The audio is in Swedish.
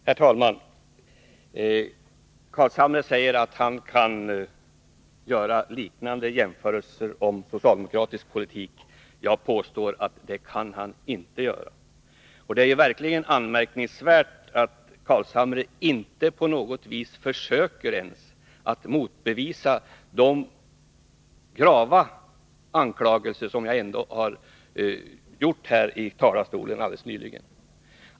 Herr talman! Nils Carlshamre säger att han kan göra liknande jämförelser om socialdemokratisk politik. Jag påstår att han inte kan göra detta. Det är verkligen anmärkningsvärt att Nils Carlshamre inte på något vis försöker att bemöta de grava anklagelser som jag ändå alldeles nyss framförde i talarstolen.